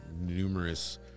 numerous